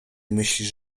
myślisz